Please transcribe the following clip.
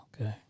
Okay